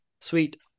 sweet